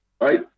right